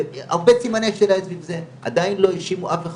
הרבה סימני שאלה יש סביב זה; עדיין לא האשימו אף אחד,